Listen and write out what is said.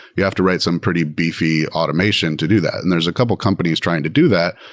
you have to write some pretty beefy automation to do that. and there's a couple of companies trying to do that,